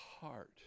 heart